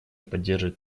поддерживает